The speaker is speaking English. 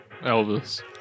Elvis